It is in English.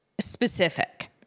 specific